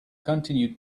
continued